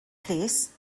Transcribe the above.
plîs